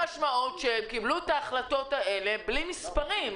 המשמעות היא שהם קיבלו את ההחלטות האלה בלי מספרים.